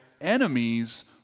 enemies